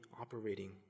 operating